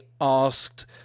asked